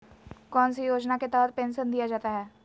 कौन सी योजना के तहत पेंसन दिया जाता है?